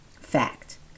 Fact